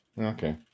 Okay